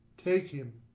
take him.